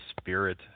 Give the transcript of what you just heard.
spirit